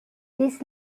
this